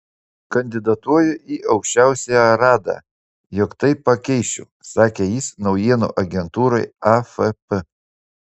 kandidatuoju į aukščiausiąją radą jog tai pakeisčiau sakė jis naujienų agentūrai afp